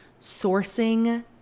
Sourcing